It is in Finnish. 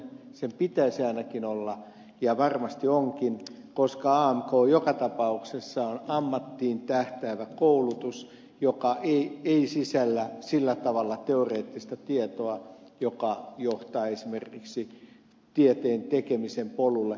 sen pitäisi ainakin olla ja varmasti onkin koska amk joka tapauksessa on ammattiin tähtäävä koulutus joka ei sisällä sillä tavalla teoreettista tietoa joka johtaa esimerkiksi tieteen tekemisen polulle